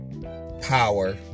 Power